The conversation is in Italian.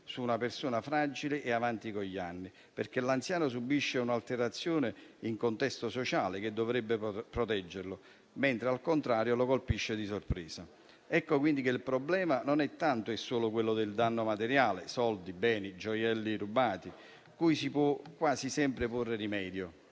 su una persona fragile e avanti con gli anni, perché l'anziano subisce un'alterazione in un contesto sociale che dovrebbe proteggerlo, mentre, al contrario, lo colpisce di sorpresa. Ecco quindi che il problema non è tanto e solo quello del danno materiale: i soldi, i beni, i gioielli rubati, a cui si può quasi sempre porre rimedio.